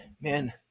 man